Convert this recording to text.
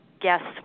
guests